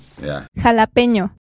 Jalapeño